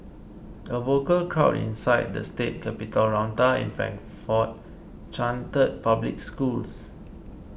a vocal crowd inside the state capitol rotunda in Frankfort chanted public schools